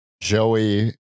Joey